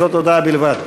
זאת הודעה בלבד.